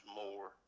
more